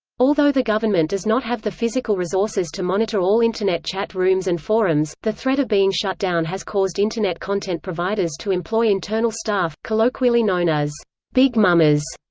although the government does not have the physical resources to monitor all internet chat rooms and forums, the threat of being shut down has caused internet content providers to employ internal staff, colloquially known as big mamas,